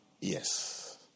yes